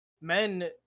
Men